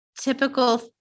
typical